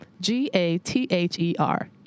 G-A-T-H-E-R